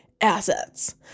assets